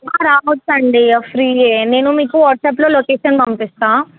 రావచ్చు అండి ఫ్రీ నేను మీకు వాట్సాప్లో లొకేషన్ పంపిస్తాను